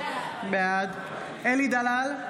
בעד אלי דלל,